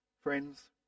Friends